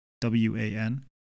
W-A-N